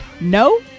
No